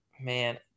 Man